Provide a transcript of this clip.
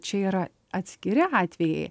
čia yra atskiri atvejai